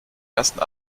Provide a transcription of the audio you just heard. ersten